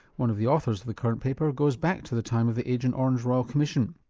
one of the authors of the current paper goes back to the time of the agent orange royal commission.